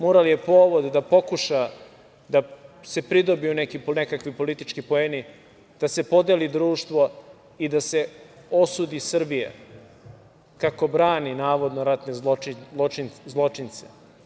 Mural je povod da pokuša da se pridobiju nekakvi politički poeni, da se podeli društvo i da se osudi Srbija kako brani, navodno, ratne zločince.